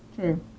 True